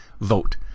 vote